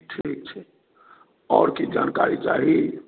ठीक छै आओर किछु जानकारी चाही